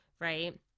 right